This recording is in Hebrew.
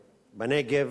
בנגב,